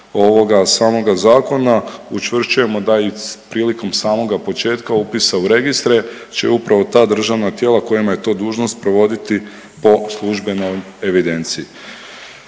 samoga zakona učvršćujemo da i prilikom samoga početka upisa u registre će upravo ta državna tijela kojima je to dužnost provoditi po službenoj evidenciji.